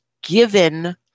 given